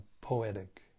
poetic